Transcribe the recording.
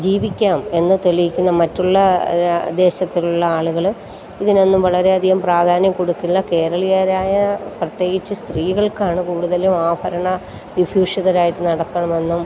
ജീവിക്കാം എന്ന് തെളിയിക്കുന്ന മറ്റുള്ള എല്ലാ ദേശത്തുള്ള ആളുകൾ ഇതിനൊന്നും വളരെ അധികം പ്രാധാന്യം കൊടുക്കില്ല കേരളീയരായ പ്രത്യേകിച്ച് സ്ത്രീകൾക്കാണ് കൂടുതലും ആഭരണ വിഭൂഷിതരായിട്ട് നടക്കണമെന്നും